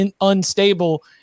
unstable